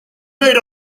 made